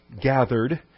gathered